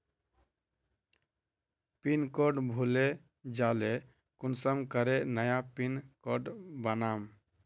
Pin code भूले जाले कुंसम करे नया पिन कोड बनाम?